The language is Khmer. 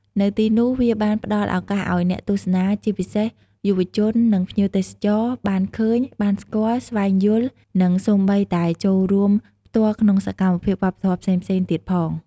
នៅទីនោះវាបានផ្តល់ឱកាសឲ្យអ្នកទស្សនា ជាពិសេសយុវជន និងភ្ញៀវទេសចរណ៍ បានឃើញ បានស្គាល់ ស្វែងយល់ និងសូម្បីតែចូលរួមផ្ទាល់ក្នុងសកម្មភាពវប្បធម៌ផ្សេងៗទៀតផង។